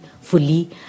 fully